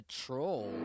troll